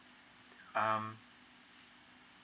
um